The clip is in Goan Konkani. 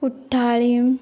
कुठ्ठाळीं